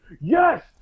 Yes